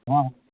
हँ